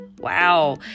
Wow